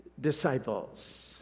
Disciples